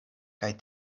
kaj